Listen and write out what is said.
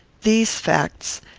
these facts,